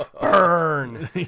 burn